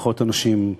פחות אנשים,